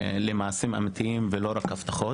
למעשים אמיתיים ולא רק להבטחות,